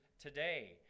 today